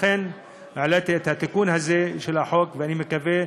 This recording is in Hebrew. לכן העליתי את התיקון הזה של החוק, ואני מקווה